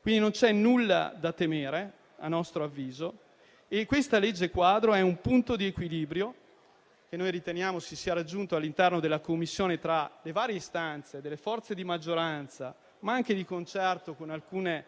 quindi, non c'è nulla da temere e questo disegno di legge quadro è un punto di equilibrio che riteniamo si sia raggiunto all'interno della Commissione tra le varie istanze delle forze di maggioranza, ma anche di concerto con alcune